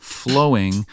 flowing